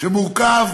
שמורכב